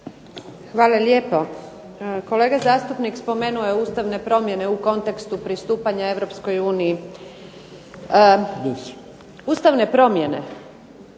Hvala lijepo. Kolega zastupnik spomenuo je ustavne promjene u kontekstu pristupanja Europskoj uniji. Ustavne promjene